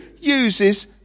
uses